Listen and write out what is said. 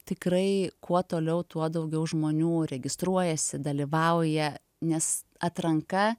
tikrai kuo toliau tuo daugiau žmonių registruojasi dalyvauja nes atranka